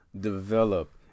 develop